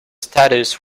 status